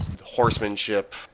horsemanship